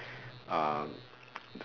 um